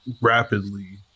rapidly